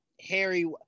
Harry